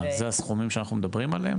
מה, זה הסכומים שאנחנו מדברים עליהם